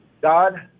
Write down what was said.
God